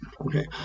okay